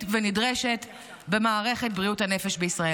ונדרשת במערכת בריאות הנפש בישראל.